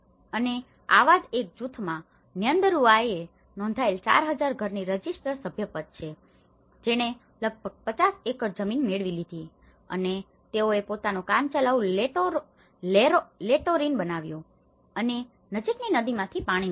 અને આવા જ એક જૂથમાં ન્યંદરૂઆએ નોંધાયેલ 4000 ઘરોની રજિસ્ટર સભ્યપદ છે જેણે લગભગ 50 એકર જમીન મેળવી લીધી છે અને તેઓએ પોતાનો કામચલાઉ લેટોરિન બનાવ્યો અને નજીકની નદીમાંથી પાણી મેળવ્યું